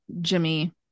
Jimmy